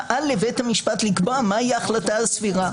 אל לבית המשפט לקבוע מה היא ההחלטה הסבירה,